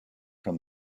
from